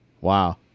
Wow